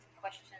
question